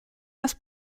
das